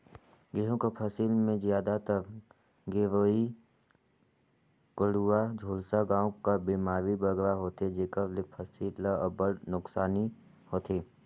गहूँ कर फसिल में जादातर गेरूई, कंडुवा, झुलसा नांव कर बेमारी बगरा होथे जेकर ले फसिल ल अब्बड़ नोसकानी होथे